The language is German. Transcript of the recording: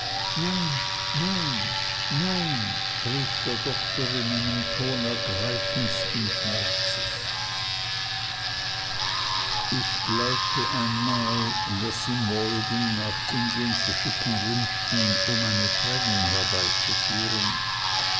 nein nein nein rief der doktor in einem ton ergreifendsten schmerzes ich glaubte einmal daß sie maldon nach indien zu schicken wünschten um eine trennung herbeizuführen